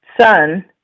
son